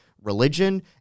religion